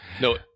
No